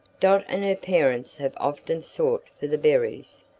dot and her parents have often sought for the berries,